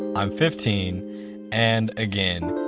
i'm fifteen and, again,